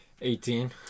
Eighteen